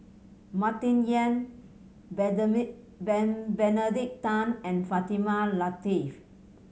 Martin Yan Benedict Tan and Fatimah Lateef